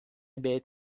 بهت